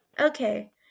Okay